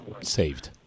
Saved